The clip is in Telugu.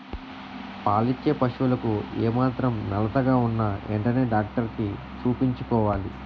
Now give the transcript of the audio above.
పాలిచ్చే పశువులకు ఏమాత్రం నలతగా ఉన్నా ఎంటనే డాక్టరికి చూపించుకోవాలి